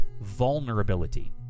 vulnerability